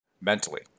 mentally